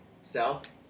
South